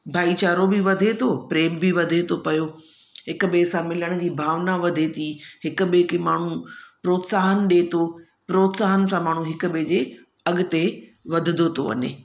भाईचारो बि वधे थो प्रेम बि वधे थो पियो हिक ॿिए सां मिलण जी भावना वधे थी हिक ॿिए खे माण्हू प्रोत्साहन ॾिए थो प्रोत्साहन सां माण्हू हिक ॿिए जे अॻिते वधंदो थो वञे